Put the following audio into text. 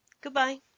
Goodbye